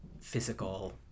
physical